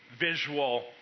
visual